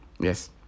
Yes